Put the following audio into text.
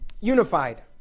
Unified